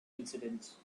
incidents